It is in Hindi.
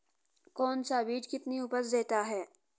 कौन सा बीज कितनी उपज देता है?